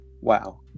Wow